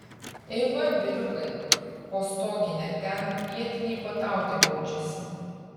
eiva vyriukai po stogine ten vietiniai puotauti baudžiasi